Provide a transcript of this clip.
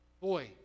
Boy